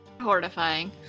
Horrifying